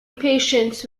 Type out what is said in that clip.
patients